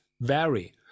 vary